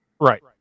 Right